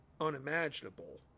unimaginable